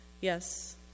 yes